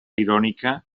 irònica